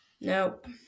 Nope